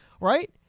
right